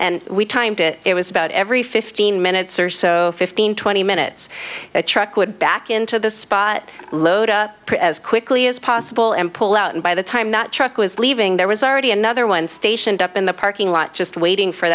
and we timed it it was about every fifteen minutes or so fifteen twenty minutes the truck would back into the spot load as quickly as possible and pull out and by the time not truck was leaving there was already another one stationed up in the parking lot just waiting for